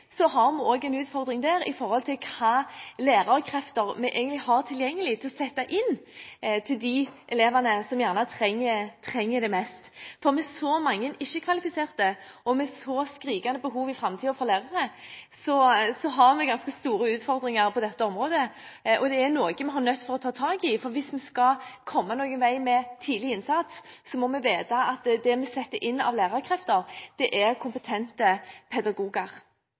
har vi også en utfordring i forhold til hvilke lærerkrefter vi egentlig har tilgjengelig til å sette inn for de elevene som trenger det mest. Med så mange ikke-kvalifiserte og med så skrikende behov for lærere i framtiden har vi ganske store utfordringer på dette området. Det er noe vi er nødt til å ta tak i, for hvis vi skal komme noen vei med tidlig innsats, må vi vite at det vi setter inn av lærerkrefter, er kompetente pedagoger.